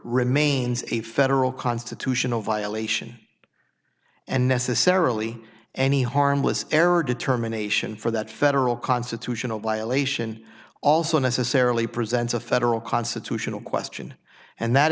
remains a federal constitutional violation and necessarily any harmless error determination for that federal constitutional violation also necessarily presents a federal constitutional question and that